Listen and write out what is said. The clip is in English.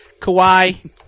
Kawhi